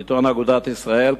ביטאון אגודת ישראל,